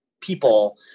people